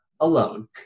alone